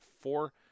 four